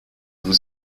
vous